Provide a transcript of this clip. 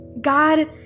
God